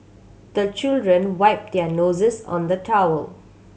the children wipe their noses on the towel